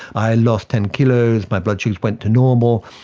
i lost ten kilos, my blood sugars went to normal,